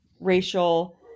racial